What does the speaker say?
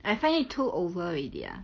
I find it too over already ah